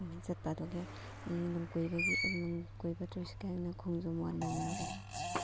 ꯑꯗꯨꯃꯥꯏꯅ ꯆꯠꯄ ꯑꯗꯨꯒ ꯂꯝ ꯀꯣꯏꯕꯒꯤ ꯂꯝ ꯀꯣꯏꯕꯒꯤ ꯇꯨꯔꯤꯁꯀꯤ ꯍꯥꯏꯔꯒꯅ ꯈꯣꯝꯖꯣꯝ ꯋꯥꯔ ꯃꯦꯃꯣꯔꯤꯌꯦꯜ